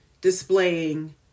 displaying